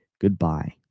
Goodbye